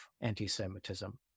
anti-Semitism